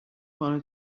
wanted